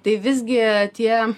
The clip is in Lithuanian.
tai visgi tie